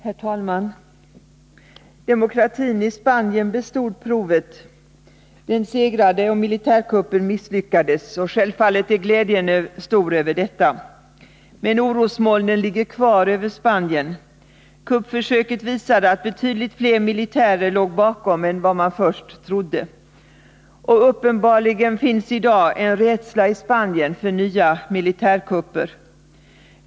Herr talman! Demokratin i Spanien bestod provet. Den segrade, och militärkuppen misslyckades. Självfallet är glädjen stor över detta. Men orosmolnen ligger kvar över Spanien. Kuppförsöket visade att betydligt fler militärer låg bakom än vad man först trodde. Uppenbarligen finns i dag en rädsla i Spanien för nya militärkupper.